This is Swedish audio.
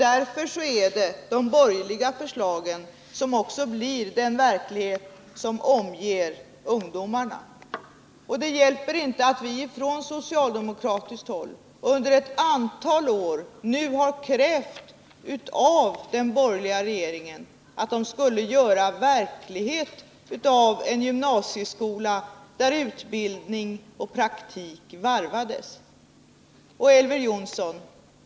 Därför är det de borgerliga förslagen som blir den verklighet som omger ungdomarna. Det hjälper inte att vi från socialdemokratiskt håll under ett antal år nu krävt av den borgerliga regeringen att den skulle göra verklighet av en gymnasieskola där utbildning och praktik varvades.